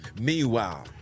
meanwhile